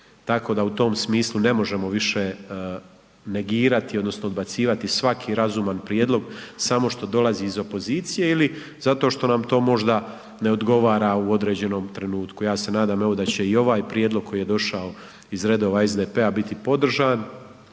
tako da u tom smislu ne možemo više negirati odnosno odbacivati svaki razuman prijedlog samo što dolazi iz opozicije ili zato što nam to možda ne odgovara u određenom trenutku. Ja se nadam evo da će i ovaj prijedlog koji je došao iz redova SDP-a biti podržan,